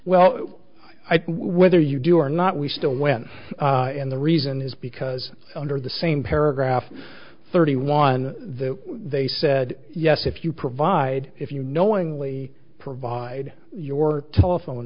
think whether you do or not we still went and the reason is because under the same paragraph thirty one they said yes if you provide if you knowingly provide your telephone